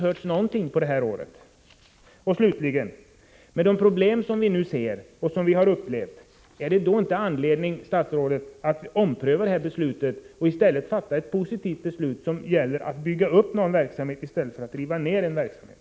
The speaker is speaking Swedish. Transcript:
Slutligen: Finns det inte — med tanke på de problem som vi nu har upplevt — anledning att ompröva beslutet och i stället fatta ett positivt beslut om att bygga upp en verksamhet, i stället för att riva ner en verksamhet?